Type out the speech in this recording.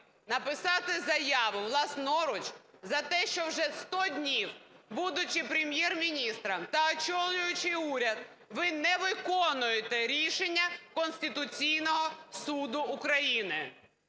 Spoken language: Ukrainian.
написати заяву власноруч за те, що вже 100 днів, будучи Прем’єр-міністром та очолюючи уряд, ви не виконуєте рішення Конституційного Суду України?